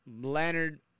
Leonard